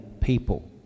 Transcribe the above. people